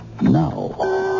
Now